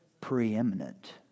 Preeminent